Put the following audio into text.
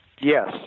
Yes